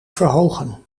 verhogen